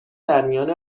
درمیان